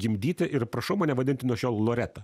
gimdyti ir prašau mane vadinti nuo šiol loreta